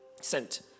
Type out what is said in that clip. sent